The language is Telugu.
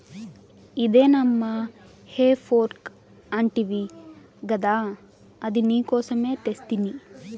ఇదే నమ్మా హే ఫోర్క్ అంటివి గదా అది నీకోసమే తెస్తిని